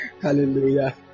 Hallelujah